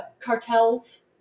cartels